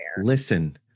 Listen